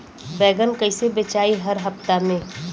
बैगन कईसे बेचाई हर हफ्ता में?